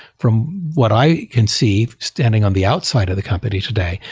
from what i can see standing on the outside of the company today,